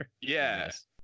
Yes